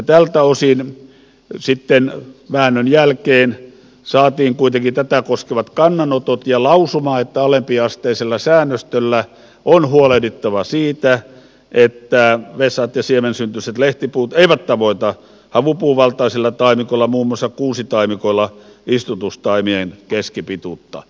tältä osin sitten väännön jälkeen saatiin kuitenkin tätä koskevat kannanotot ja lausuma että alempiasteisella säännöstöllä on huolehdittava siitä että vesa ja siemensyntyiset lehtipuut eivät tavoita havupuuvaltaisilla taimikoilla muun muassa kuusitaimikoilla istutustaimien keskipituutta